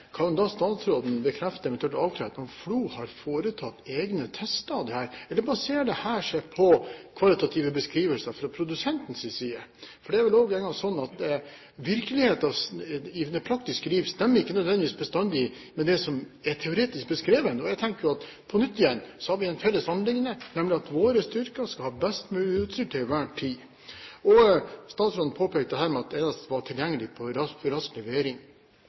Kan statsråden bekrefte, eventuelt avkrefte, om FLO har foretatt egne tester av disse, eller baserer dette seg på kvalitative beskrivelser fra produsentens side? For det er jo engang sånn at virkeligheten – det praktiske liv – ikke nødvendigvis bestandig stemmer med det som er teoretisk beskrevet. Jeg tenker jo igjen – på nytt – at vi har et felles anliggende, nemlig at våre styrker skal ha best mulig utstyr til enhver tid. Statsråden påpekte dette med at det var det eneste som var tilgjengelig med rask levering.